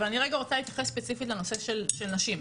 אבל אני רגע רוצה קודם להתייחס ספציפית לנושא של נשים,